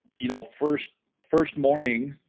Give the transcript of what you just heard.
you know first first morning